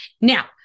Now